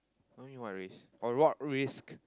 what too mean what race what risk